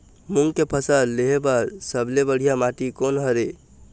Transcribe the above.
मूंग के फसल लेहे बर सबले बढ़िया माटी कोन हर ये?